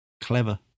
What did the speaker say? clever